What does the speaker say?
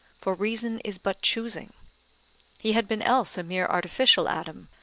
for reason is but choosing he had been else a mere artificial adam,